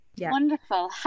Wonderful